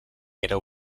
era